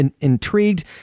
intrigued